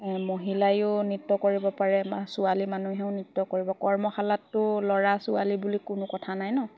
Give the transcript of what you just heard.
মহিলাইোও নৃত্য কৰিব পাৰে ছোৱালী মানুহেও নৃত্য কৰিব কৰ্মশালাতটো ল'ৰা ছোৱালী বুলি কোনো কথা নাই ন